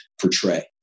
portray